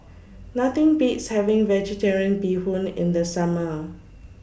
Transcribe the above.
Nothing Beats having Vegetarian Bee Hoon in The Summer